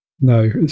no